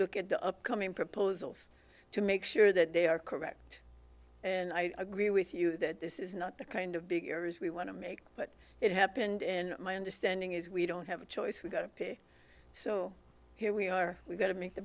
look at the upcoming proposals to make sure that they are correct and i agree with you that this is not the kind of big areas we want to make but it happened in my understanding is we don't have a choice we've got to pay so here we are we've got to make the